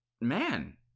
man